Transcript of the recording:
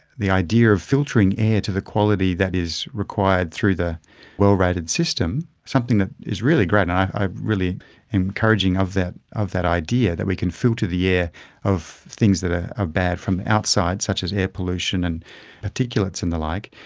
the idea of filtering air to the quality that is required through the well rated system, something that is really great and i'm really encouraging of that of that idea, that we can filter the air of things that ah are bad from the outside, such as air pollution and particulates and the like,